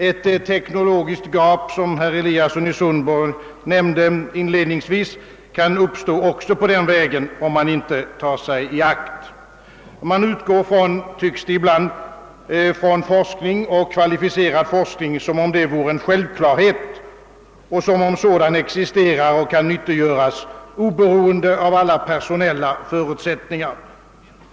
Ett teknologiskt gap — som herr Eliasson i Sundborn inledningsvis nämnde — kan uppstå också på den vägen, om vi inte tar oss i akt. Det tycks ibland, som om man utgår från att forskning — och kvalificerad forskning — är en självklarhet och som sådan existerar och kan nyttiggöras oberoende av alla personella förutsättningar.